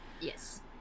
yes